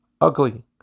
ugly